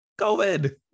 Covid